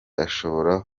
ashobora